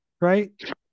right